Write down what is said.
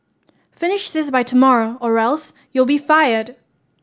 finish this by tomorrow or else you'll be fired